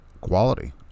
quality